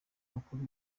mukuru